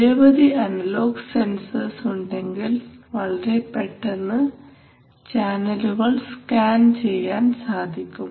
നിരവധി analogue sensors ഉണ്ടെങ്കിൽ വളരെ പെട്ടെന്ന് ചാനലുകൾ സ്കാൻ ചെയ്യാൻ സാധിക്കും